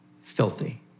filthy